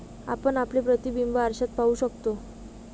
आपण आपले प्रतिबिंब आरशात पाहू शकतो